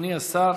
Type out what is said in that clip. אדוני השר,